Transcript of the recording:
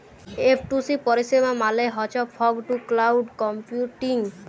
F two C পরিষেবা মালে হছ ফগ টু ক্লাউড কম্পিউটিং